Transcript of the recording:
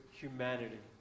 humanity